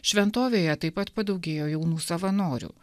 šventovėje taip pat padaugėjo jaunų savanorių